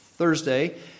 Thursday